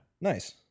Nice